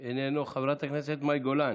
איננו, חברת הכנסת מאי גולן,